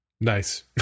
Nice